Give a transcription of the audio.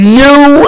new